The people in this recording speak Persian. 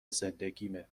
زندگیمه